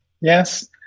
Yes